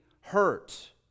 hurt